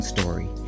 Story